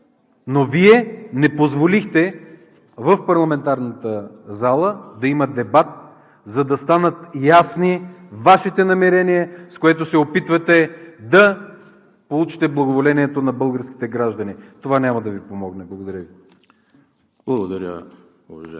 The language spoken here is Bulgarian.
но Вие не позволихте в парламентарната зала да има дебат, за да станат ясни Вашите намерения, с което се опитвате да получите благоволението на българските граждани. Това няма да Ви помогне. Благодаря Ви. ПРЕДСЕДАТЕЛ